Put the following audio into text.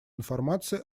информации